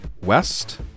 West